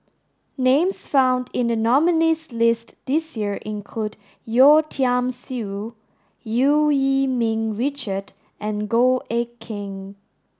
names found in the nominees' list this year include Yeo Tiam Siew Eu Yee Ming Richard and Goh Eck Kheng